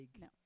No